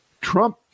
Trump